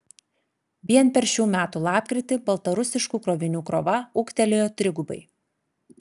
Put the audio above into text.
vien per šių metų lapkritį baltarusiškų krovinių krova ūgtelėjo trigubai